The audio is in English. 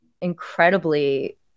incredibly